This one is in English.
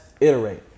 iterate